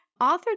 Author